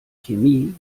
chemie